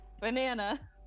banana